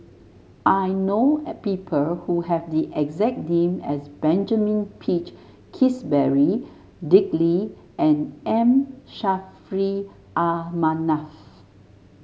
I know a people who have the exact name as Benjamin Peach Keasberry Dick Lee and M Saffri Ah Manaf